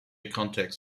context